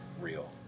real